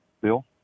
Bill